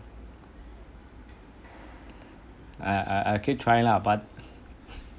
I I I keep trying ah but